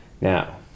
Now